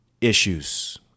issues